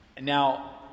Now